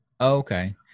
okay